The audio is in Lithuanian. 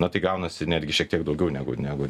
na tai gaunasi netgi šiek tiek daugiau negu negu